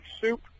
soup